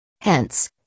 Hence